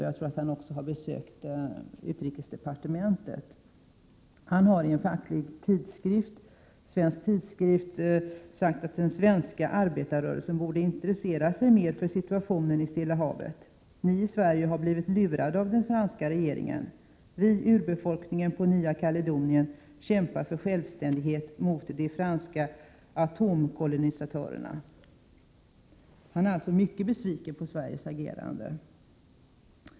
Jag tror att han har besökt utrikesdepartementet. Han har i en svensk facklig tidskrift sagt följande: ”Den svenska arbetarrörelsen borde intressera sig mer för situationen i Stilla havet. Ni i Sverige har blivit lurade av den franska regeringen. Vi, urbefolkningen på Nya Kaledonien, kämpar för självständighet mot de franska ”atomkolonisatörerna”.” Han är alltså mycket besviken på Sveriges agerande.